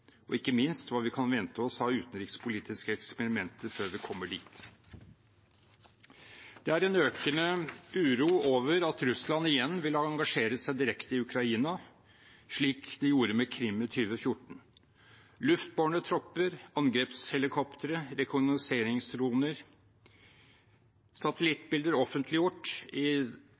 og ikke minst hva vi kan vente oss av utenrikspolitiske eksperimenter før vi kommer dit. Det er en økende uro over at Russland igjen vil engasjere seg direkte i Ukraina, slik de gjorde med Krim i 2014. Luftbårne tropper, angrepshelikoptre, rekognoseringsdroner. Satellittbilder offentliggjort i